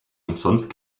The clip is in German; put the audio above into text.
umsonst